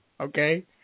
okay